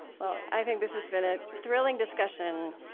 well, i think this has been a thrilling discussion.